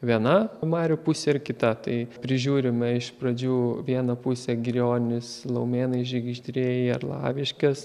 viena marių pusė ir kita tai prižiūrime iš pradžių vieną pusę girionys laumėnai žigiždriai arlaviškės